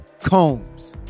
Combs